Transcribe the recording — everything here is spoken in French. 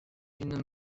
une